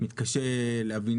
לשנות